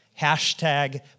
hashtag